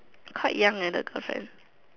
quite young leh the affair